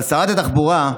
אבל שרת התחבורה,